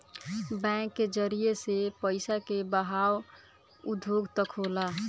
bank के जरिए से पइसा के बहाव उद्योग तक होला